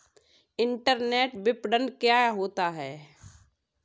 Internet विपणन क्या होता है?